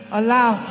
allow